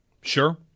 Sure